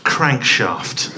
Crankshaft